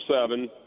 seven